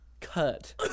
Cut